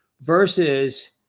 versus